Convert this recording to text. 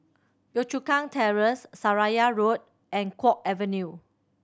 Yio Chu Kang Terrace Seraya Road and Guok Avenue